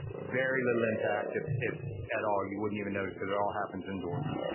very little impact, if if at all, you wouldn't even notice it. it all happens indoors.